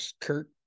Kurt